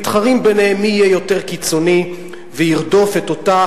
מתחרים ביניהם מי יהיה יותר קיצוני וירדוף את אותה